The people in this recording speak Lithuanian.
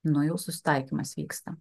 nu jau susitaikymas vyksta